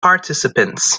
participants